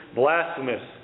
blasphemous